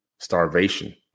Starvation